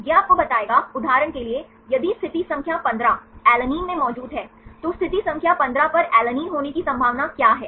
यह आपको बताएगा उदाहरण के लिए यदि स्थिति संख्या 15 Ala में मौजूद है तो स्थिति संख्या 15 पर Ala होने की संभावना क्या है